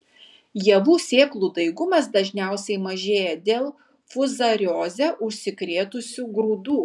javų sėklų daigumas dažniausiai mažėja dėl fuzarioze užsikrėtusių grūdų